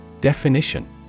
Definition